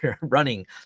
running